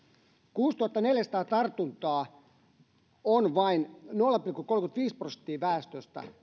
kuusituhattaneljäsataa tartuntaa vain nolla pilkku kolmekymmentäviisi prosenttia väestöstä